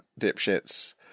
dipshits